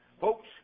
Folks